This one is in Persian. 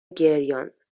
گریانممکنه